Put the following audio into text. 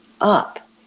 up